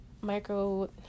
Micro